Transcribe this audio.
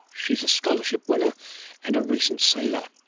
she is a scholarship winner and recent sailor.